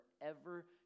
forever